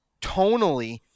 tonally